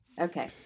Okay